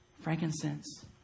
frankincense